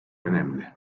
önemli